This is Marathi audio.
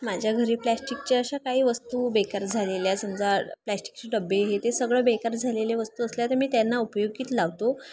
माझ्या घरी प्लॅस्टिकच्या अशा काही वस्तू बेकार झालेल्या समजा प्लास्टिकचे डब्बे हे ते सगळं बेकार झालेले वस्तू असल्या तर मी त्यांना उपयोगात लावतो